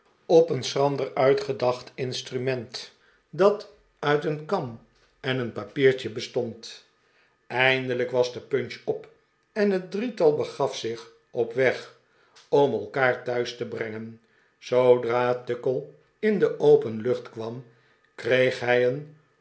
op een schrander uitgedacht instrument dat uit een kam en een papiertje bestond eindelijk was de punch op en net drietal beg'af zich op weg om elkaar thuis te brengen zoodra tuckle in de open lucht kwam kreeg hij een